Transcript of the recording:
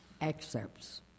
excerpts